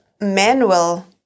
manual